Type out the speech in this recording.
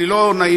אני לא נאיבי,